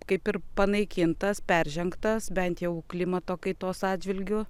kaip ir panaikintas peržengtas bent jau klimato kaitos atžvilgiu